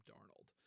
Darnold